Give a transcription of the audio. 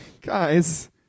Guys